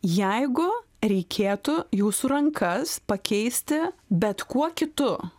jeigu reikėtų jūsų rankas pakeisti bet kuo kitu